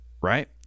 right